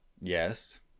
Yes